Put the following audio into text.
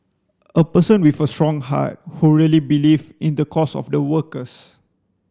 a person with a strong heart who really believe in the cause of the workers